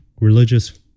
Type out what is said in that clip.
religious